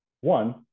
one